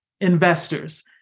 investors